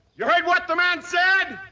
you heard what the man said.